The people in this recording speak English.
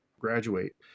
graduate